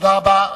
תודה רבה.